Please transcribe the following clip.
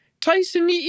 Tyson